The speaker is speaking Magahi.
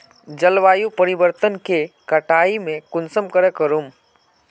जलवायु परिवर्तन के कटाई में कुंसम करे करूम?